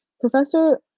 Professor